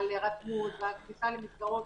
על הירתמות ועל כניסה למסגרות.